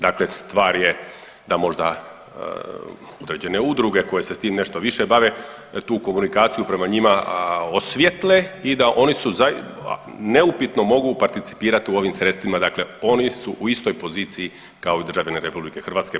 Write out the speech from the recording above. Dakle, stvar je da možda određene udruge koje se s tim nešto više bave tu komunikaciju prema njima osvijetle i da oni se neupitno mogu participirati u ovom sredstvima, dakle oni su u istoj poziciji kao i državljani RH po ovom zakonu.